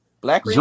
black